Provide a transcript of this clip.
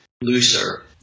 looser